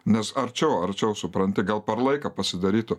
nes arčiau arčiau supranti gal per laiką pasidarytų